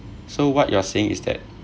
so what you are saying is that